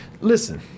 listen